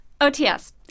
OTS